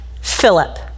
Philip